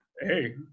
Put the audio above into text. Hey